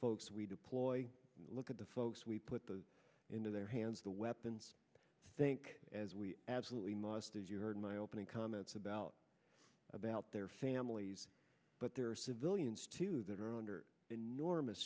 folks we deploy look at the folks we put into their hands the weapons think as we absolutely must as you heard my opening comments about about their families but there are civilians too that are under enormous